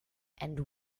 and